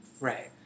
Right